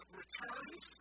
returns